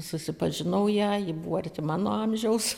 susipažinau ją ji buvo arti mano amžiaus